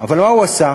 אבל מה הוא עשה?